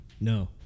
No